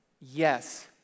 yes